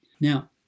Now